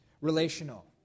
relational